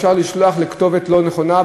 אפשר לשלוח לכתובת לא נכונה,